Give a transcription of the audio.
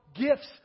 gifts